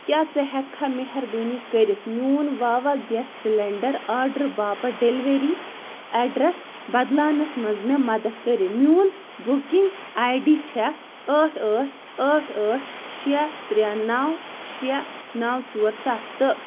کیٛاہ ژٕ ہیٚکہِ کھا مہربٲنی کٔرِتھ میٛون واوا گیس سِلیٚنٛڈَر آرڈرٕ باپتھ ڈیٚلؤری ایٚڈرَس بدلاونَس منٛز مےٚ مدد کٔرِتھ میٛون بُکِنٛگ آے ڈی چھِ ٲٹھ ٲٹھ ٲٹھ ٲٹھ شےٚ ترٛےٚ نَو شےٚ نَو ژور سَتھ تہٕ